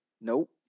Nope